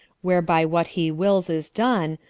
whereby what he wills is done,